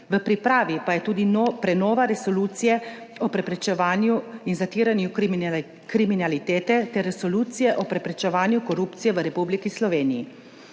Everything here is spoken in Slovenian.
v pripravi pa je tudi prenova resolucije o preprečevanju in zatiranju kriminalitete ter resolucije o preprečevanju korupcije v Republiki Sloveniji.